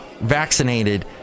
vaccinated